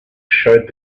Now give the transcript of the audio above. showed